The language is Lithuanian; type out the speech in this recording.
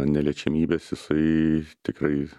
neliečiamybės jisai tikrai